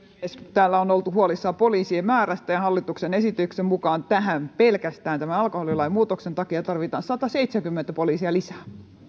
täällä on oltu huolissaan poliisien määrästä ja hallituksen esityksen mukaan tähän pelkästään tämän alkoholilain muutoksen takia tarvitaan sataseitsemänkymmentä poliisia lisää